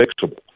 fixable